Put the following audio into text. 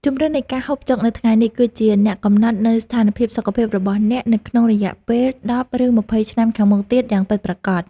ជម្រើសនៃការហូបចុកនៅថ្ងៃនេះ គឺជាអ្នកកំណត់នូវស្ថានភាពសុខភាពរបស់អ្នកនៅក្នុងរយៈពេលដប់ឬម្ភៃឆ្នាំខាងមុខទៀតយ៉ាងពិតប្រាកដ។